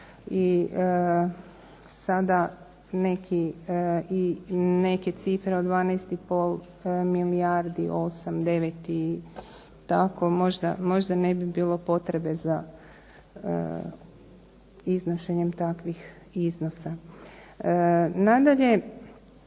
neki i neke cifre od 12,5 milijardi, 8, 9 i tako, možda ne bi bilo potrebe za iznošenjem takvih iznosa. Nadalje,